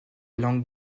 langue